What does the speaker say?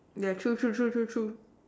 yeah true true true true true